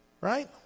Right